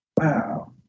Wow